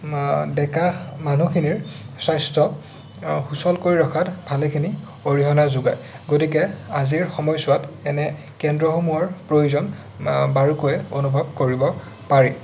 ডেকা মানুহখিনি স্বাস্থ্য সুচল কৰি ৰখাত ভালেখিনি অৰিহণা যোগায় গতিকে আজিৰ সময়ছোৱাত এনে কেন্দ্ৰসমূহৰ প্ৰয়োজন বাৰুকৈয়ে অনুভৱ কৰিব পাৰি